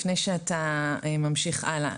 לפני שאתה ממשיך הלאה,